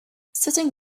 sitting